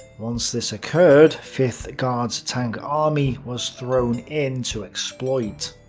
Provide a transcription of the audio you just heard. once this occurred, fifth guards tank army was thrown in to exploit.